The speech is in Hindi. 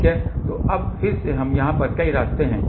तो अब फिर से हम यहाँ कई रास्ते हैं